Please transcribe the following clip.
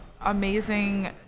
amazing